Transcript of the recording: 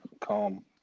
Calm